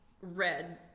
red